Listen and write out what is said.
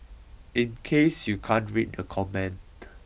in case you can't read the comment